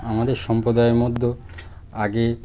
আমাদের সম্প্রদায়ের মধ্যেও আগে